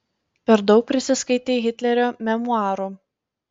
per daug prisiskaitei hitlerio memuarų